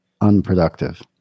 unproductive